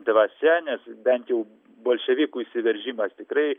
dvasia nes bent jau bolševikų įsiveržimas tikrai